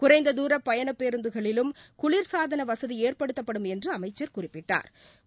குறைந்ததூர பயண பேருந்துகளிலும் குளிர்சாதன வசதி ஏற்படுத்தப்படும் என்று அமைச்ச் குறிப்பிட்டா்